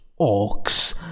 orcs